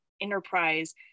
enterprise